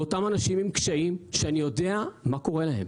לאותם אנשים עם קשיים, שאני יודע מה קורה להם.